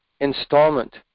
installment